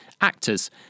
actors